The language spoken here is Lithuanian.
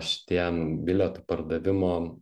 šitie bilietų pardavimo